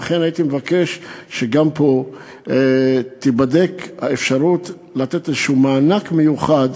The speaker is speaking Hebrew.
ולכן הייתי מבקש שגם פה תיבדק האפשרות לתת מענק מיוחד